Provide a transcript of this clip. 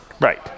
Right